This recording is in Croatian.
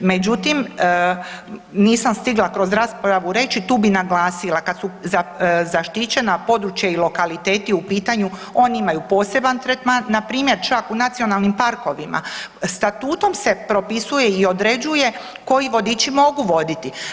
Međutim, nisam stigla kroz raspravu reći tu bi naglasila, kad su zaštićena područja i lokaliteti u pitanju oni imaju poseban tretman npr., čak u nacionalnim parkovima statutom se propisuje i određuje koji vodiči mogu voditi.